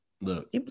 Look